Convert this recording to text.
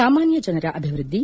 ಸಾಮಾನ್ಯ ಜನರ ಅಭಿವೃದ್ಧಿ